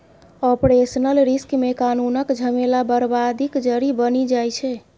operational risk मे कानुनक झमेला बरबादीक जरि बनि जाइ छै